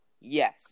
yes